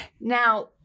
now